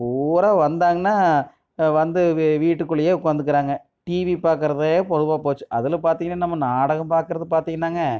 பூரா வந்தாங்கனா வந்து வீட்டுக்குள்ளயே உட்காந்துக்குறாங்க டிவி பார்க்குறதே பொதுவாக போச்சு அதில் பார்த்திங்கனா நம்ம நாடகம் பார்க்குறது பார்த்திங்கனாங்க